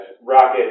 Rocket